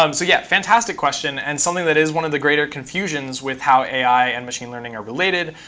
um so yeah, fantastic question, and something that is one of the greater confusions with how ai and machine learning are related.